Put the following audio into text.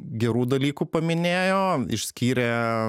gerų dalykų paminėjo išskyrė